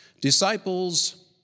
Disciples